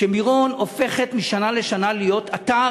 ומירון הופך משנה לשנה להיות אתר,